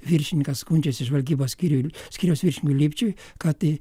viršininkas skundžiasi žvalgybos skyriui skyriaus viršininkui lipčiui kad